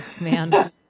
Man